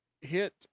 hit